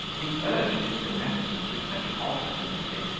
he urged his beneficence with such obstinacy,